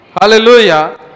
Hallelujah